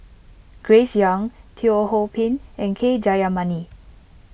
Grace Young Teo Ho Pin and K Jayamani